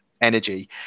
energy